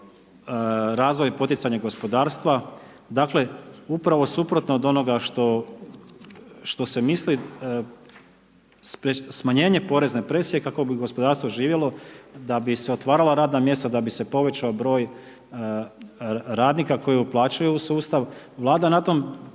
razvoj poticanja gospodarstva, dakle upravo suprotno od onoga što se misli, smanjenje porezne presije kako bi gospodarstvo živjelo da bi se otvarala radna mjesta, da bi se povećao broj radnika koji uplaćuju u sustav. Vlada je u tom